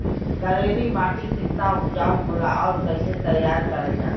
करेली माटी कितना उपजाऊ होला और कैसे तैयार करल जाला?